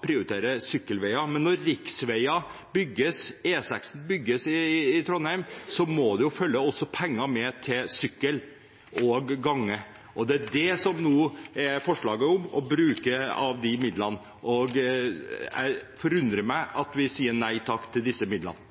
prioriterer sykkelveier, men det er klart at når det bygges riksvei – E6 – i Trondheim, må det også følge med penger til sykkel og gange. Det er nå forslag om å bruke av de midlene. Det forundrer meg at vi sier nei takk til disse midlene.